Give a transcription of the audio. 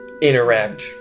interact